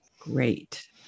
great